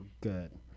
good